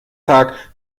tag